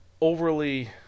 overly